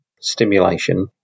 stimulation